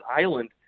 Island